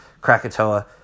Krakatoa